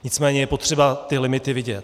Nicméně je potřeba ty limity vidět.